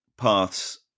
Paths